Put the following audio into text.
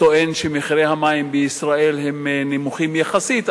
טוען שמחירי המים בישראל הם נמוכים יחסית,